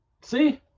See